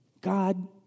God